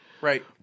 Right